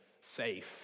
safe